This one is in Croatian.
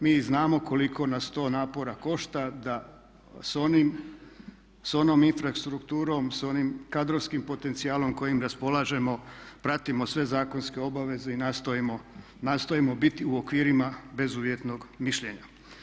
Mi znamo koliko nas to napora košta, da sa onom infrastrukturom, sa onim kadrovskim potencijalom kojim raspolažemo pratimo sve zakonske obaveze i nastojimo biti u okvirima bezuvjetnog mišljenja.